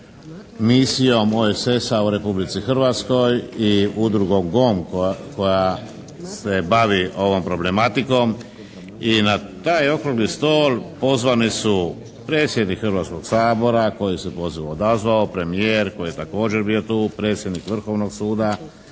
Misijom OESS-a u Republici Hrvatskoj i Udrugom GONG koja se bavi ovom problematikom. I na taj Okrugli stol pozvani su predsjednik Hrvatskog sabora koji se pozivu odazvao. Premijer koji je također bio tu. Predsjednik Vrhovnog suda